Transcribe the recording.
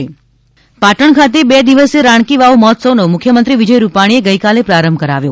પાટણ રાણ કી વાવ પાટણ ખાતે બે દિવસીય રાણ કી વાવ મહોત્સવનો મુખ્યમંત્રી વિજય રૂપાણીએ ગઇકાલે પ્રારંભ કરાવ્યો